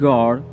God